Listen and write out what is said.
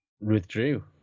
Withdrew